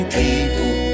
people